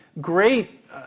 great